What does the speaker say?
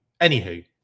anywho